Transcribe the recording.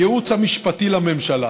הייעוץ המשפטי לממשלה